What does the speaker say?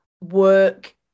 work